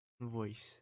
Voice